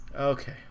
Okay